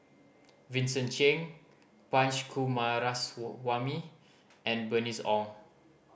Vincent Cheng Punch Coomaraswamy and Bernice Ong